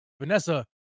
Vanessa